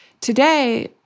Today